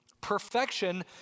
Perfection